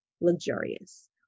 luxurious